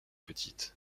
petite